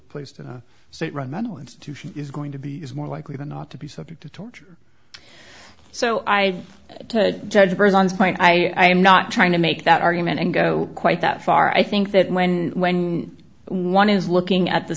placed in a state run mental institution is going to be is more likely than not to be subject to torture so i tend to judge a person's point i am not trying to make that argument and go quite that far i think that when one is looking at the